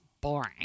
boring